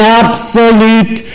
absolute